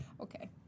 Okay